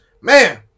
man